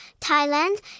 Thailand